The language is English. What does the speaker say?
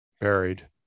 buried